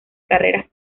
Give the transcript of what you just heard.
carreras